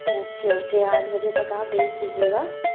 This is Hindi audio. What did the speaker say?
ओके ओके आठ बजे तक आप भेज दीजिएगा